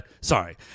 Sorry